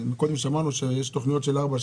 קודם שמענו שיש תוכניות שבמשך ארבע,